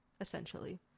essentially